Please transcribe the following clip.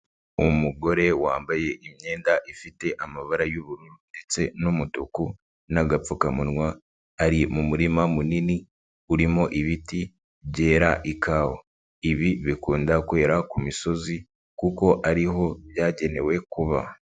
Umugore wambaye imyenda ifite amabara y'ubururu ndetse n'umutuku n'agapfukamunwa, ari mu murima munini, urimo ibiti, byera ikawa. Ibi bikunda kwera ku misozi kuko ariho byagenewe kuba.